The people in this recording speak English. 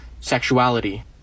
sexuality